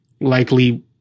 likely